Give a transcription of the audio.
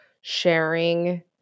sharing